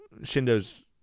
shindo's